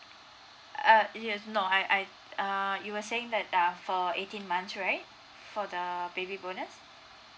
uh yes no I I err you were saying that uh for eighteen months right for the baby bonus